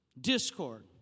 discord